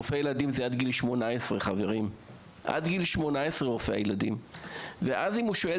רופא הילדים מלווה את הילד עד גיל 18. אם הרופא שואל